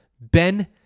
Ben